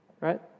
right